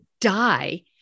die